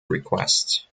request